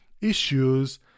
issues